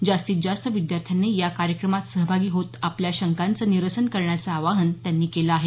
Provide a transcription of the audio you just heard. जास्तीत जास्त विद्यार्थ्यांनी या कार्यक्रमात सहभागी होत आपल्या शंकांचं निरसन करण्याचं आवाहन त्यांनी केलं आहे